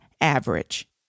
average